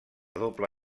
doble